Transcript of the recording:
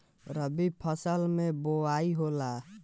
रबी फसल मे बोआई होला?